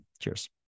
Cheers